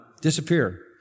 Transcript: disappear